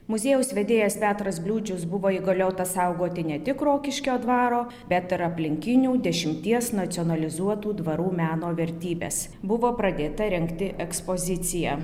muziejaus vedėjas petras bliūdžius buvo įgaliotas saugoti ne tik rokiškio dvaro bet ir aplinkinių dešimties nacionalizuotų dvarų meno vertybes buvo pradėta rengti ekspozicija